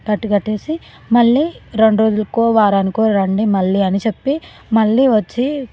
కట్టు కట్టేసి మళ్ళీ రెండు రోజులకో వారానికో రండి మళ్ళీ అని చెప్పి మళ్ళీ వచ్చి